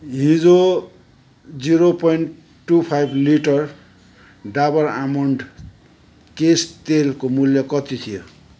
हिजो zero point two five litre Dabur almond केश तेलको मूल्य कति थियो